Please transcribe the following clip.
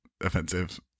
offensive